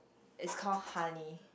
is call honey